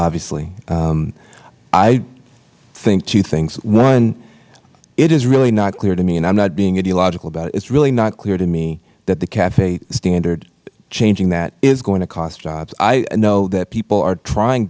obviously i think two things one it is really not clear to me and i am not being ideological about it it is really not clear to me that the cafe standard changing that is going to cost jobs i know that people are trying